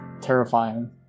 terrifying